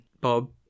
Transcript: bob